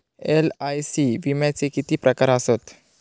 LIC विम्याचे किती प्रकार आसत?